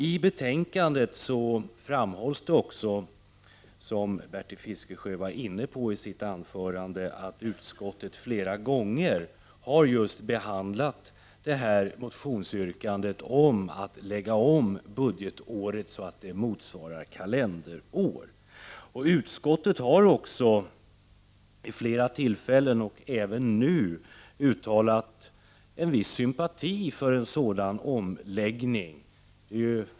I betänkandet framhålls det också, vilket Bertil Fiskesjö sade i sitt anförande, att utskottet flera gånger har behandlat motionsyrkandet om att budgetåret skall läggas om så att det sammanfaller med kalenderåret. Utskottet har vid flera tillfällen och även nu uttalat en viss sympati för en sådan omläggning.